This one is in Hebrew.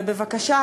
ובבקשה,